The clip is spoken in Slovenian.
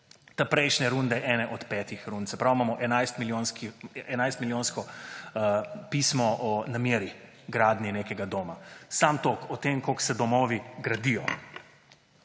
od prejšnje runde ene od petih rund, se pravi, imamo 11-milijonsko pismo o nameri gradnje nekega doma. Sam toliko o tem, koliko se domovi gradijo.